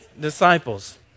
disciples